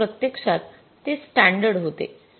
परंतु प्रत्यक्षात ते स्टॅंडर्ड होते